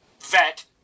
vet